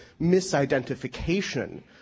misidentification